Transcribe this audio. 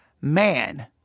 man